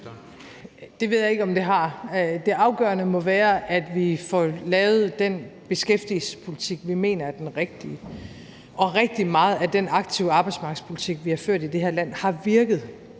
Det ved jeg ikke om det har. Det afgørende må være, at vi får lavet den beskæftigelsespolitik, vi mener er den rigtige, og rigtig meget af den aktive arbejdsmarkedspolitik, vi har ført i det her land, har virket.